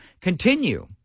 continue